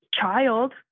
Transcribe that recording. child